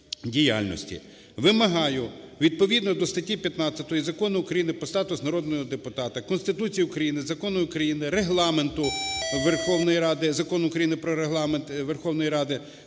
Вимагаю відповідно до статті 15 Закону України "Про статус народного депутата", Конституції України, Закону України… Регламенту Верховної Ради… Закону України "Про Регламент Верховної Ради",